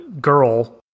girl